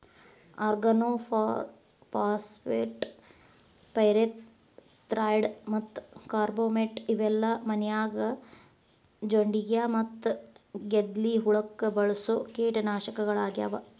organophosphate, pyrethroid ಮತ್ತ carbamate ಇವೆಲ್ಲ ಮನ್ಯಾಗ ಜೊಂಡಿಗ್ಯಾ ಮತ್ತ ಗೆದ್ಲಿ ಹುಳಕ್ಕ ಬಳಸೋ ಕೇಟನಾಶಕಗಳಾಗ್ಯಾವ